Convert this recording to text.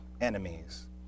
enemies